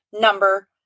number